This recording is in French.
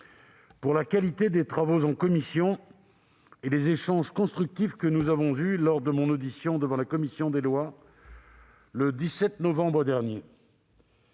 pour la qualité des travaux et les échanges constructifs que nous avons eus lors de mon audition devant la commission des lois, le 17 novembre dernier.